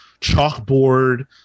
chalkboard